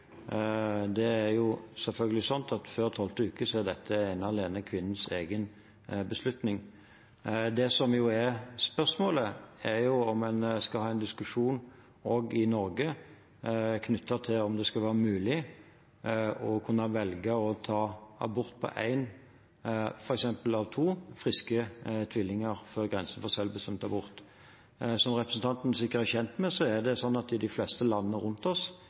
Det er selvfølgelig slik at før tolvte uke er dette ene og alene kvinnens egen beslutning. Det som er spørsmålet, er om en skal ha en diskusjon også i Norge knyttet til om det skal være mulig å kunne velge å abortere ett av f.eks. to friske fostre før grensen for selvbestemt abort. Som representanten sikkert er kjent med, er det slik at i de fleste landene rundt oss